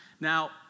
Now